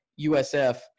USF